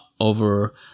over